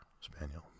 Spaniel